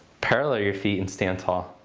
parallel your feet and stand tall.